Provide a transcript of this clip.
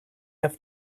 have